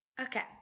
Okay